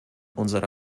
unsere